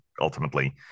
ultimately